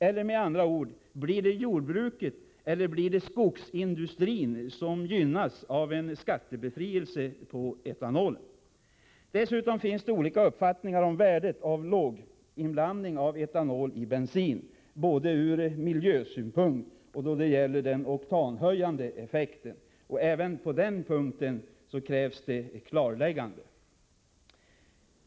Eller med andra ord — blir det jordbruket eller skogsindustrin som gynnas av en skattebefrielse på etanol? Dessutom finns det olika uppfattningar om värdet av låginblandning av etanoli bensinen, både ur miljösynpunkt och då det gäller den oktanhöjande effekten. Även på den punkten krävs det klarlägganden.